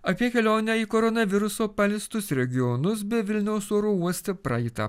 apie kelionę į koronaviruso paliestus regionus bei vilniaus oro uoste praeitą